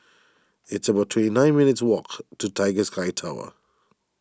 it's about twenty nine minutes' walk to Tiger Sky Tower